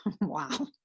Wow